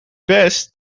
best